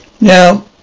Now